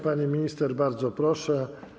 Pani minister, bardzo proszę.